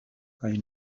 kaj